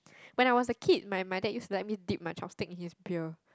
when I was a kid my my dad used to let me dip my chopstick in his beer